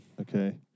Okay